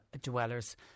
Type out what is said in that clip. dwellers